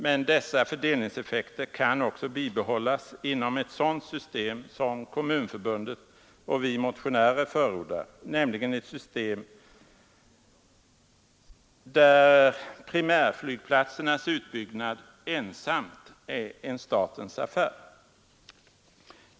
Men dessa fördelningseffekter kan också bibehållas inom ett sådant system som kommunförbundet och vi motionärer förordar, nämligen ett system där primärflygplatsernas utbyggnad helt är en statens affär.